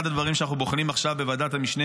אחד הדברים שאנחנו בוחנים עכשיו בוועדת המשנה